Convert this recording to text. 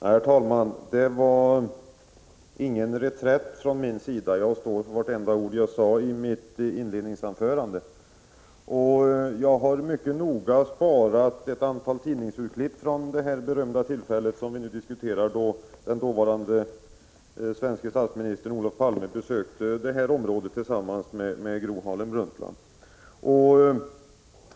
Herr talman! Det är inte fråga om någon reträtt, utan jag står för varje ord i mitt inledningsanförande. Jag har mycket noga sparat ett antal tidningsurklipp från det berömda tillfälle vi nu diskuterar, då den dåvarande svenske statsministern Olof Palme besökte detta område tillsammans med Gro Harlem Brundtland.